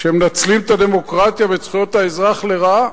מנצלים את הדמוקרטיה ואת זכויות האזרח לרעה,